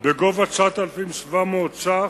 בגובה 9,700 שקלים,